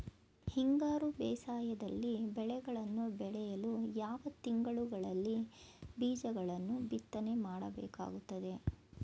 ಹಿಂಗಾರು ಬೇಸಾಯದಲ್ಲಿ ಬೆಳೆಗಳನ್ನು ಬೆಳೆಯಲು ಯಾವ ತಿಂಗಳುಗಳಲ್ಲಿ ಬೀಜಗಳನ್ನು ಬಿತ್ತನೆ ಮಾಡಬೇಕಾಗುತ್ತದೆ?